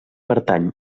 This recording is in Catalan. pertany